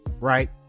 right